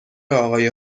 اقای